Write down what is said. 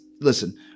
Listen